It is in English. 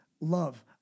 love